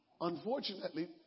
Unfortunately